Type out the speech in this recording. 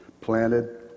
planted